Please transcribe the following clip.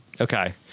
okay